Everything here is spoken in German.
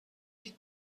die